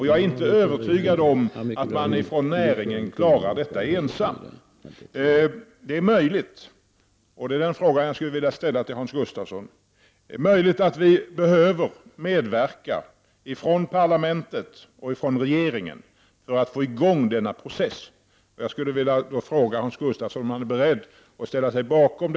Jag är inte övertygad om att näringen ensam klarar detta. Det är möjligt att parlamentet och regeringen måste medverka till att få i gång denna process. Är Hans Gustafsson beredd att stödja den tanken?